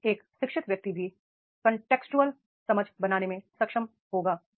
अब एक शिक्षित व्यक्ति भी कॉन्टेक्स्टऑल समझ बनाने में सक्षम होगा